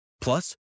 Plus